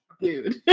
dude